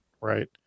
right